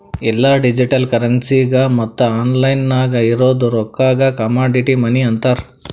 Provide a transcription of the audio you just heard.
ಎಲ್ಲಾ ಡಿಜಿಟಲ್ ಕರೆನ್ಸಿಗ ಮತ್ತ ಆನ್ಲೈನ್ ನಾಗ್ ಇರದ್ ರೊಕ್ಕಾಗ ಕಮಾಡಿಟಿ ಮನಿ ಅಂತಾರ್